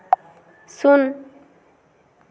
ᱥᱩᱱ